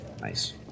Nice